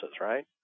right